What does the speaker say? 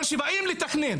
אבל כשבאים לתכנן